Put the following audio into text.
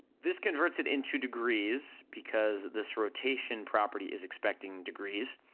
this converts it into degrees, because this rotation property is expecting degrees,